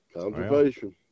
Conservation